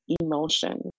emotion